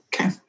Okay